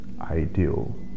ideal